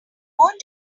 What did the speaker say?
going